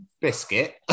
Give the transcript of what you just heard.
biscuit